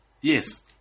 Yes